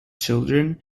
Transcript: children